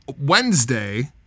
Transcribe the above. Wednesday